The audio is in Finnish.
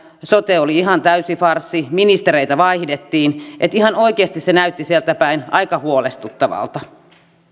sote oli ihan täysi farssi ministereitä vaihdettiin ihan oikeasti se näytti sieltäpäin aika huolestuttavalta